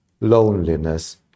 loneliness